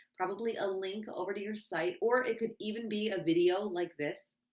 probably a link over to your site. or it could even be a video like this.